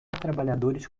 trabalhadores